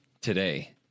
today